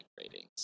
ratings